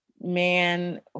man